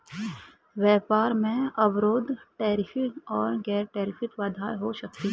व्यापार में अवरोध टैरिफ और गैर टैरिफ बाधाएं हो सकती हैं